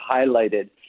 highlighted